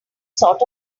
sort